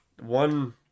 one